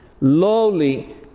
Lowly